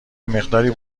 مقداری